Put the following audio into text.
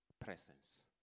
presence